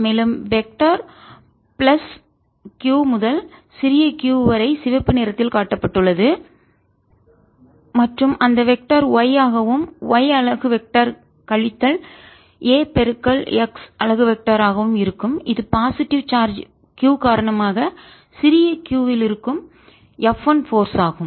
மேலும் vector plus Q முதல் சிறிய q வரை சிவப்பு நிறத்தில் காட்டப்பட்டுள்ளது மற்றும் அந்த வெக்டர் y ஆகவும் y அலகு வெக்டர் கழித்தல் a x அலகு வெக்டர் ஆக இருக்கும் இது பாசிட்டிவ் நேர்மறை சார்ஜ் Q காரணமாக சிறிய q இல் இருக்கும் F 1 போர்ஸ் ஆகும்